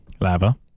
Lava